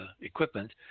equipment